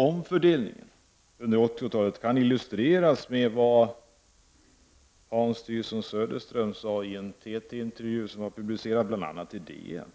Omfördelningen under 80-talet kan illustreras med vad Hans Tyson Sö derström sade i en TT-intervju, publicerad bl.a. i DN: